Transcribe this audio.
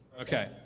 Okay